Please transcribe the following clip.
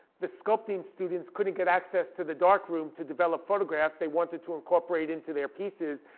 the sculpting students couldn't get access to the darkroom to develop photographs they wanted to incorporate into their pieces.